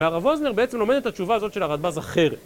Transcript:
והרב אוזנר בעצם לומד את התשובה הזאת של הרלבז אחרת.